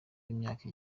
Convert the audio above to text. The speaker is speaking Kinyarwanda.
imyaka